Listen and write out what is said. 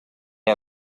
had